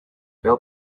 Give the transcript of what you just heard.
bill